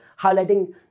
highlighting